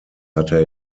hatte